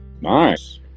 nice